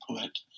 put